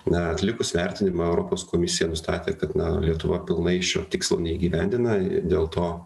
na atlikusi vertinimą europos komisija nustatė kad lietuva pilnai šio tikslo neįgyvendina ir dėl to